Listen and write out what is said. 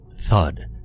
Thud